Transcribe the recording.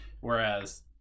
whereas